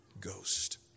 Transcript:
Ghost